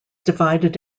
divided